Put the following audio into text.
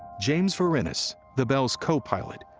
james verinis, the belle's co-pilot,